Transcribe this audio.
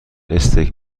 استیک